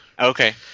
Okay